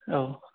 औ